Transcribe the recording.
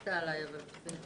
דילגת עליי, אבל בסדר.